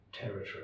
territory